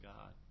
God